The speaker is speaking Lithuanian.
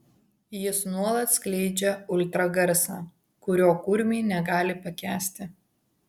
jis nuolat skleidžia ultragarsą kurio kurmiai negali pakęsti